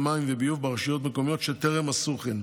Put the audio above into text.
מים וביוב ברשויות מקומיות שטרם עשו כן,